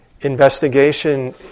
Investigation